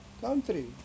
country